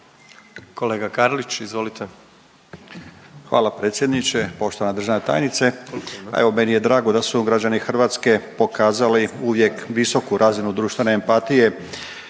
**Karlić, Mladen (HDZ)** Hvala predsjedniče. Poštovana državna tajnice. Pa evo meni je drago da su građani Hrvatske pokazali uvijek visoku razinu društvene empatije